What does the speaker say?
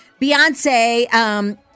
Beyonce –